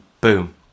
boom